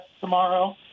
tomorrow